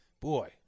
boy